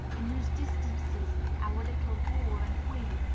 in whose distances our little ball and we,